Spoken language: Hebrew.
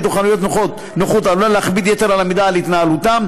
או חנויות נוחות עלולה להכביד יתר על המידה על התנהלותם,